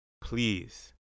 please